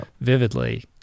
vividly